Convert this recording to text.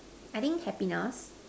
I think happiness